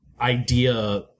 idea